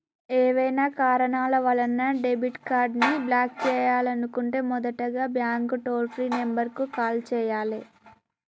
ఏవైనా కారణాల వలన డెబిట్ కార్డ్ని బ్లాక్ చేయాలనుకుంటే మొదటగా బ్యాంక్ టోల్ ఫ్రీ నెంబర్ కు కాల్ చేయాలే